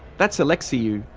that's alexiou.